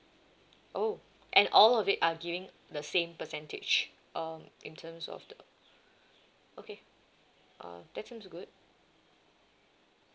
oh and all of it are giving the same percentage um in terms of the okay uh that's seems good